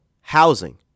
housing